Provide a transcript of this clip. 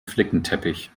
flickenteppich